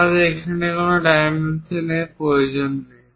আমাদের এখানে কোন ডাইমেনশনর প্রয়োজন নেই